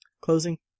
Closing